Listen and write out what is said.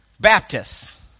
Baptists